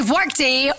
Workday